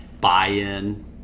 buy-in